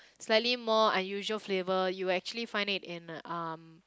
slightly more unusual flavour you will actually find it in um